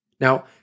Now